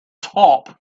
top